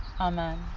amen